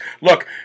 look